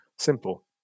Simple